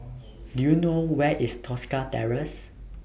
Do YOU know Where IS Tosca Terrace